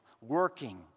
working